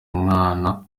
umwana